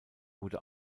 wurde